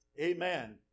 Amen